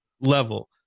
level